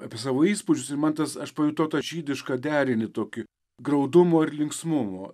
apie savo įspūdžius ir man tas aš pajutau tą žydišką derinį tokį graudumo ir linksmumo